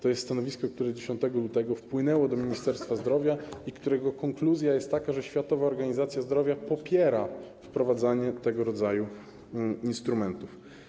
To jest stanowisko, które 10 lutego wpłynęło do Ministerstwa Zdrowia i którego konkluzja jest taka, że Światowa Organizacja Zdrowia popiera wprowadzanie tego rodzaju instrumentów.